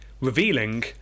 Revealing